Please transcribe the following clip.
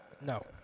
No